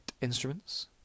instruments